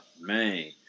man